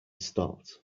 stopped